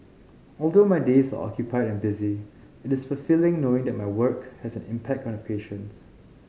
although my days are occupied and busy it is fulfilling knowing that my work has an impact on the patients